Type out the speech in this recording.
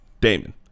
damon